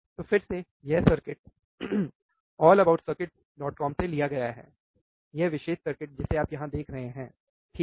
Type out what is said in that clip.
तो फिर से यह सर्किट allaboutcircuitscom से लिया गया है यह विशेष सर्किट जिसे आप यहां देख रहें हैं ठीक है